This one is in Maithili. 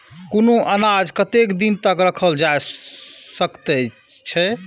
कुनू अनाज कतेक दिन तक रखल जाई सकऐत छै?